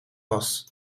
was